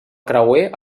creuer